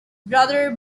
brother